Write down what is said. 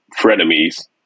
frenemies